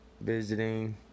visiting